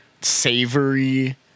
savory